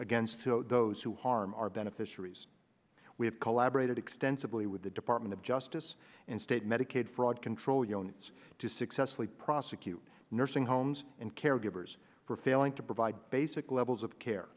against those who harm our beneficiaries we have collaborated extensively with the department of justice and state medicaid fraud control your own is to successfully prosecute nursing homes and caregivers for failing to provide basic levels of care